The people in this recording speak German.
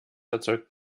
erzeugt